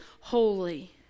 holy